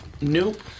Nope